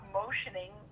motioning